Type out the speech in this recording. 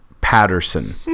Patterson